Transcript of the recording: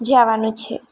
જવાનું છે